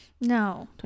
No